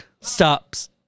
stops